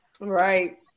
right